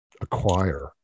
acquire